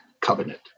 covenant